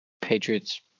Patriots